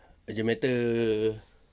urgent matter